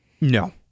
No